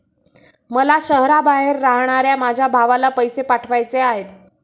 मला शहराबाहेर राहणाऱ्या माझ्या भावाला पैसे पाठवायचे आहेत